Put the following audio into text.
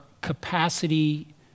capacity